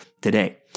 today